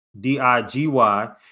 D-I-G-Y